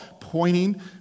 pointing